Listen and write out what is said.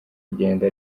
igenda